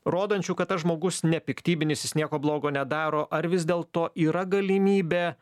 rodančių kad tas žmogus nepiktybinis jis nieko blogo nedaro ar vis dėlto yra galimybė